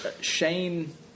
Shane